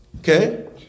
Okay